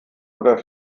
oder